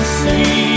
see